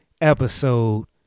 episode